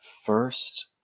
first